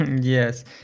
Yes